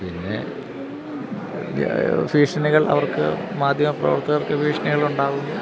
പിന്നെ ഭീഷണികൾ അവർക്ക് മാധ്യമപ്രവർത്തകർക്ക് ഭീഷണികളുണ്ടാകുന്നു